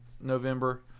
November